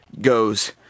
goes